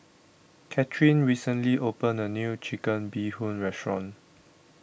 Cathryn recently opened a new Chicken Bee Hoon Restaurant